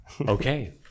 Okay